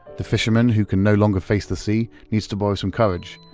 the fisherman who can no longer face the sea needs to borrow some courage,